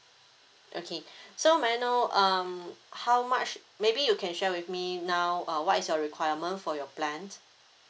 okay so may I know um how much maybe you can share with me now uh what is your requirement for your plan